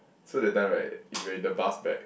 so that time right we were in the bus back